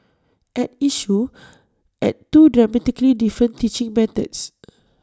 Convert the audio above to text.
at issue are two dramatically different teaching methods